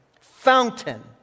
fountain